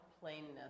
plainness